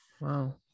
wow